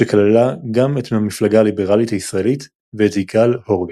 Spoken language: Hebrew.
שכללה גם את המפלגה הליברלית הישראלית ואת יגאל הורוביץ.